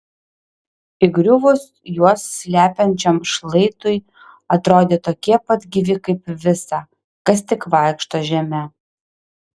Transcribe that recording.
įgriuvus juos slepiančiam šlaitui atrodė tokie pat gyvi kaip visa kas tik vaikšto žeme